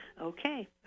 Okay